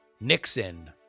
Nixon